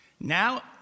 Now